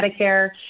Medicare